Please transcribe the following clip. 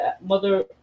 mother